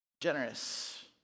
generous